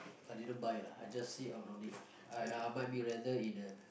I didn't buy lah I just see oh no need lah I I might be rather eat the